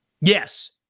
Yes